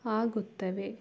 ಆಗುತ್ತವೆ